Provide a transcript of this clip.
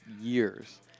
years